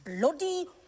bloody